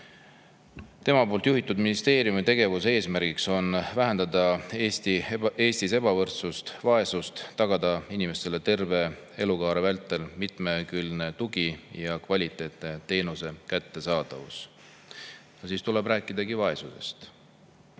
tema juhitud ministeeriumi tegevuse eesmärk on vähendada Eestis ebavõrdsust, vaesust, tagada inimestele terve elukaare vältel mitmekülgne tugi ja kvaliteetne teenuse kättesaadavus. Siis tulebki rääkida vaesusest.